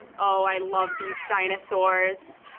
oh, i love these dinosaurs.